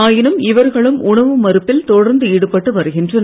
ஆயினும் இவர்களும் உணவு மறுப்பில் தொடர்ந்து ஈடுபட்டு வருகின்றனர்